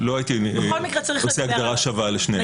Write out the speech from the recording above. אבל לא הייתי עושה הגדרה שווה לשניהם.